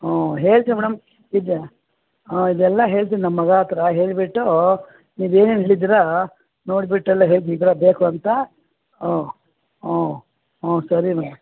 ಹ್ಞೂ ಹೇಳ್ತೀವಿ ಮೇಡಮ್ ಇದು ಹಾಂ ಇದೆಲ್ಲ ಹೇಳ್ತೀನಿ ನಮ್ಮ ಮಗನ ಹತ್ತಿರ ಹೇಳಿಬಿಟ್ಟು ನೀವು ಏನೇನು ಹೇಳಿದ್ದೀರ ನೋಡಿಬಿಟ್ಟು ಎಲ್ಲ ಹೇಳ್ತೀನಿ ಈ ಥರ ಬೇಕು ಅಂತ ಹ್ಞೂ ಹ್ಞೂ ಹ್ಞೂ ಸರಿ ಮೇಡಮ್